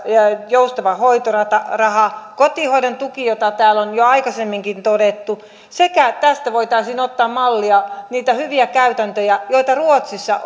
joustava hoitoraha kotihoidon tuki josta täällä on jo aikaisemmin todettu sekä tässä voitaisiin ottaa mallia niistä hyvistä käytännöistä joita ruotsissa